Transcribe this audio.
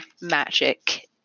magic